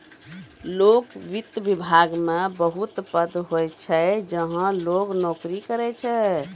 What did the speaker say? लोक वित्त विभाग मे बहुत पद होय छै जहां लोग नोकरी करै छै